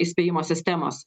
įspėjimo sistemos